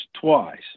twice